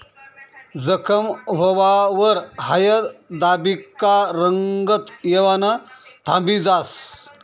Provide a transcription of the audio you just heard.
जखम व्हवावर हायद दाबी का रंगत येवानं थांबी जास